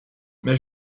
mais